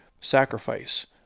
sacrifice